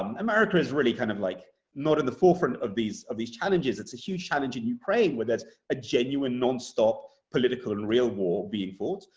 um america is really kind of like not in the forefront of these of these challenges. it's a huge challenge in ukraine, where there's a genuine, nonstop political and real war being fought.